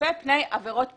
צופה פני עבירות פליליות.